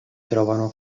trovano